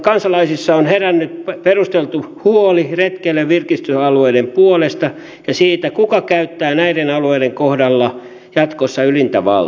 kansalaisissa on herännyt perusteltu huoli retkeily ja virkistysalueiden puolesta ja siitä kuka käyttää näiden alueiden kohdalla jatkossa ylintä valtaa